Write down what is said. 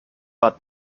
bad